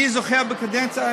אני זוכר בקדנציה,